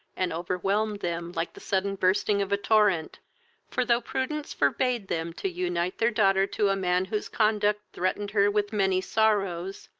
and overwhelmed them like the sudden bursting of a torrent for, though prudence forbade them to unite their daughter to a man whose conduct threatened her with many sorrows,